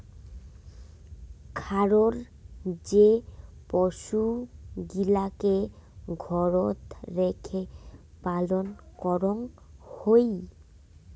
খারর যে পশুগিলাকে ঘরত রেখে পালন করঙ হউ